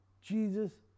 Jesus